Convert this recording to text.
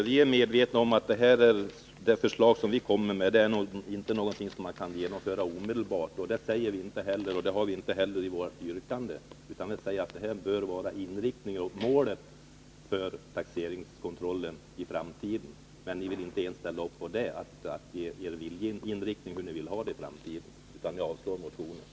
Herr talman! Vi är medvetna om att man inte omedelbart kan genomföra vårt förslag. Det har vi inte heller yrkat. Däremot har vi sagt att det här bör vara målet för taxeringskontrollen i framtiden. Men skatteutskottet vill inte ens ställa upp på att ange detta som en viljeinriktning för framtiden utan avstyrker motionen!